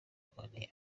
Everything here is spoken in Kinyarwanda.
inkoni